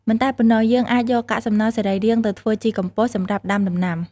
មិនតែប៉ុណ្ណោះ យើងអាចយកកាកសំណល់សរីរាង្គទៅធ្វើជីកំប៉ុស្តិ៍សម្រាប់ដាំដំណាំ។